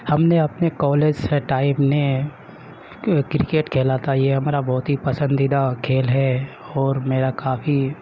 ہم نے اپنے کالج سے ٹائم نے کرکٹ کھیلا تھا یہ ہمارا بہت ہی پسندیدہ کھیل ہے اور میرا کافی